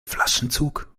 flaschenzug